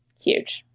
huge,